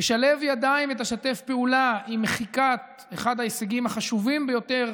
תשלב ידיים ותשתף פעולה עם מחיקת אחד ההישגים החשובים ביותר